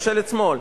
ממשלת שמאל,